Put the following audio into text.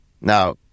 Now